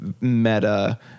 meta